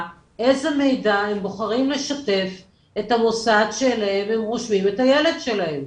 איזה מידע הם בוחרים לשתף את המוסד שאליהם הם רושמים את הילד שלהם.